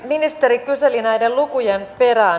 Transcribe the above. ministeri kyseli näiden lukujen perään